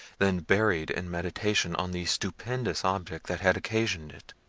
than buried in meditation on the stupendous object that had occasioned it.